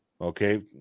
Okay